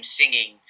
singing